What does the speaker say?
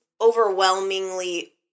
overwhelmingly